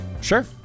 Sure